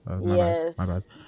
yes